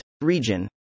Region